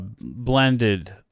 blended